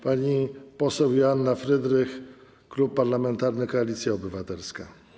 Pani poseł Joanna Frydrych, Klub Parlamentarny Koalicja Obywatelska.